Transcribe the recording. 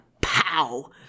pow